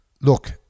Look